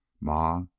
Ma